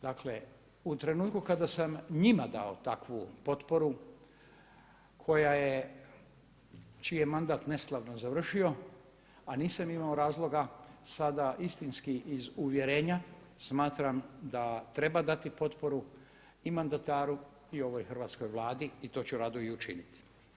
Dakle, u trenutku kada sam njima dao takvu potporu koja je, čiji je mandat neslavno završio, a nisam imao razloga sada istinski iz uvjerenja smatram da treba dati potporu i mandataru i ovoj hrvatskoj Vladi i to ću rado i učiniti.